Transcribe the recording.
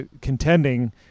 contending